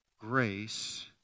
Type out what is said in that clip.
grace